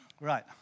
Right